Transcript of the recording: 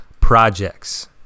projects